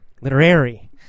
literary